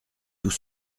tout